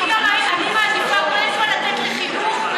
אני מעדיפה קודם כול לתת לחינוך.